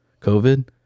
COVID